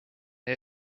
nii